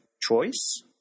choice